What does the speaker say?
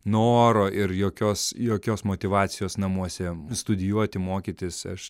noro ir jokios jokios motyvacijos namuose studijuoti mokytis aš